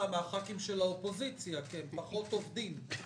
מהח"כים של האופוזיציה כי הם פחות עובדים.